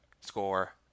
Score